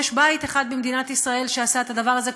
יש בית אחד במדינת ישראל שעשה את הדבר הזה,